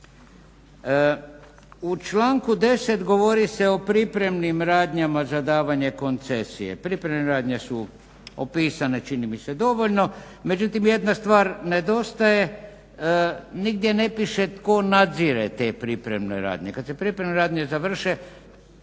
U članku 10. govori se o pripremnim radnjama za davanje koncesije. Pripremne radnje su opisane, čini mi se, dovoljno. Međutim, jedna stvar nedostaje, nigdje ne piše tko nadzire te pripremne radnje.